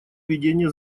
ведения